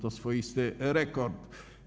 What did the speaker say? To swoisty rekord.